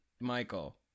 Michael